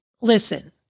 listen